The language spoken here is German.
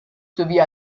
sowie